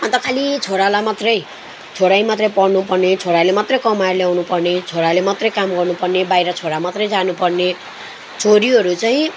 अन्त खालि छोरालाई मात्रै छोरै मात्रै पढ्नु पर्ने छोराले मात्रै कमाएर ल्याउनु पर्ने छोराले मात्रै काम गर्नु पर्ने बाहिर छोरा मात्रै जानु पर्ने छोरीहरू चाहिँ